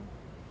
bullshit